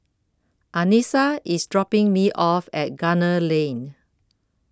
Anissa is dropping me off at Gunner Lane